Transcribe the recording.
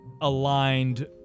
aligned